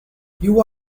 you